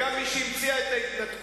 בזה אתה צודק.